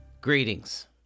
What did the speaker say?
Greetings